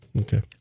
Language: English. Okay